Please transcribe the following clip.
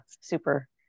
super